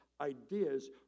ideas